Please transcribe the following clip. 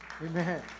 Amen